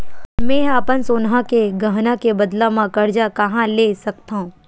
मेंहा अपन सोनहा के गहना के बदला मा कर्जा कहाँ ले सकथव?